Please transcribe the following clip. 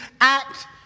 act